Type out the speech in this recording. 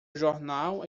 jornal